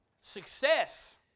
Success